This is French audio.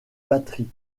batterie